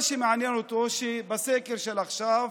מה שמעניין אותו שבסקר של עכשיו